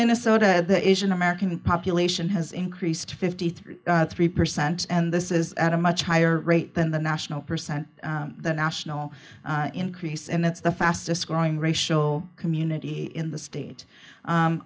minnesota there is an american population has increased fifty three three percent and this is a much higher rate than the national percent the national increase and it's the fastest growing ratio community in the state